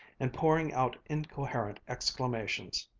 and pouring out incoherent exclamations.